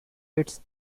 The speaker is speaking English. its